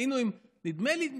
היינו עם, נדמה לי,